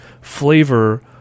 flavor